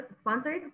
sponsored